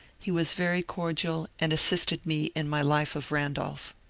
he was very cordial and assisted me in my life of randolph.